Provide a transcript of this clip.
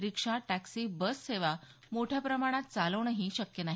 रिक्षा taxi bus सेवा मोठ्या प्रमाणात चालवणंही शक्य नाही